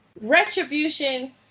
Retribution